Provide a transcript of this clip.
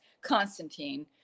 Constantine